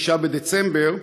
בדצמבר,